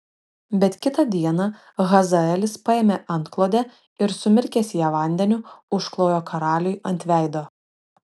bet kitą dieną hazaelis paėmė antklodę ir sumirkęs ją vandeniu užklojo karaliui ant veido